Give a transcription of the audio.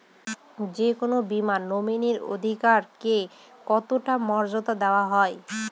যে কোনো বীমায় নমিনীর অধিকার কে কতটা মর্যাদা দেওয়া হয়?